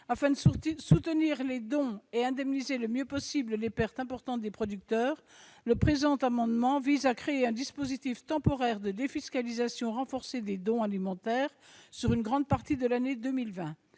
Afin de soutenir les dons et d'indemniser le mieux possible les pertes importantes des producteurs, le présent amendement vise à créer un dispositif temporaire de défiscalisation renforcée des dons alimentaires sur une grande partie de l'année 2020,